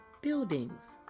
buildings